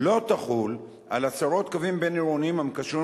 לא תחול על עשרות קווים בין-עירוניים המקשרים